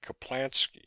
Kaplansky